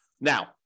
Now